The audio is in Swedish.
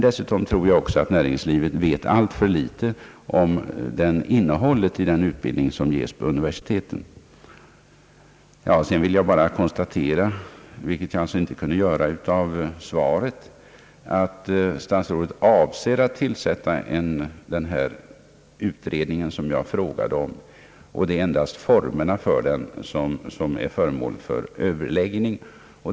Dessutom tror jag att näringslivet vet alltför litet om innehållet i den utbildning som ges vid universiteten. Jag vill konstatera, vilket jag kanske inte kunde göra med ledning av svaret, att statsrådet avser att tillsätta den utredning som jag frågade om. Det är endast formerna för utredningen som är föremål för överläggning.